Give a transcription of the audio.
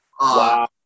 Wow